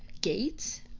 gates